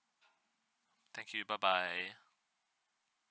thank you bye bye